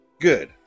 good